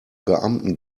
beamten